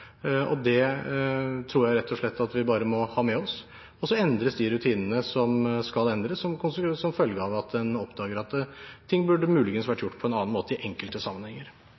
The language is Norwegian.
Det tror jeg rett og slett at vi må ha med oss. Så endres de rutinene som skal endres, som følge av at en oppdager at ting burde muligens vært gjort på en annen måte i enkelte sammenhenger.